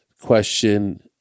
question